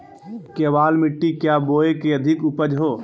केबाल मिट्टी क्या बोए की अधिक उपज हो?